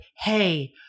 hey